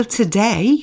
today